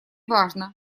важно